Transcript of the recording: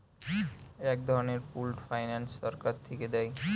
এক ধরনের pooled finance সরকার থিকে দেয়